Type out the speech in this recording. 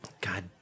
God